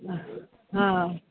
हा